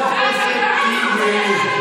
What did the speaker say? הכנסת טיבי.